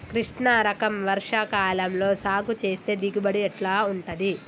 కృష్ణ రకం వర్ష కాలం లో సాగు చేస్తే దిగుబడి ఎట్లా ఉంటది?